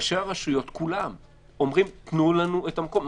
ראשי הרשויות כולם אומרים, תנו לנו את המקום שלנו.